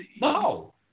no